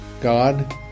god